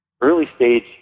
early-stage